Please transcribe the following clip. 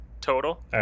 Total